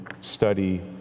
study